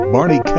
Barney